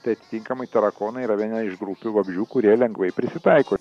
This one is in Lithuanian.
tai atitinkamai tarakonai yra viena iš grupių vabzdžių kurie lengvai prisitaiko